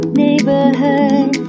neighborhood